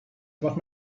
about